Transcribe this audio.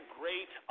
great